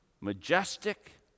majestic